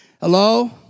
Hello